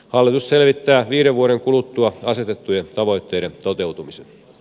hallitus selvittää viiden vuoden kuluttua asetettujen tavoitteiden toteutumisen